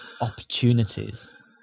opportunities